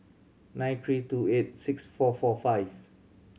nine three two eight six four four five